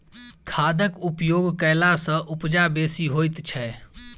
खादक उपयोग कयला सॅ उपजा बेसी होइत छै